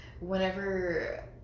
whenever